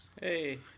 hey